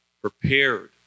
prepared